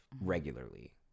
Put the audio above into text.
regularly